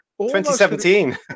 2017